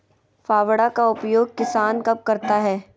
फावड़ा का उपयोग किसान कब करता है?